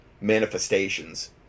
manifestations